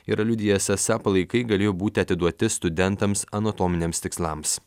yra liudijęs esą palaikai galėjo būti atiduoti studentams anatominiams tikslams